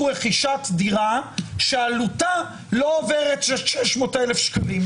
רכישת דירה שעלותה לא עוברת 300,000 שקלים.